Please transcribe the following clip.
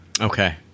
Okay